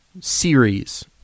series